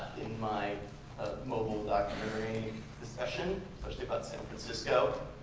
my mobile documentary discussion, especially about san francisco.